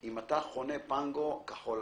אם אתה חונה "פנגו" בכחול-לבן,